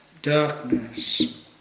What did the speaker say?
Darkness